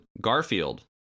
Garfield